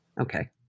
Okay